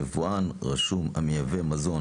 יבואן רשום המייבא מזון